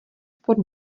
pod